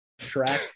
Shrek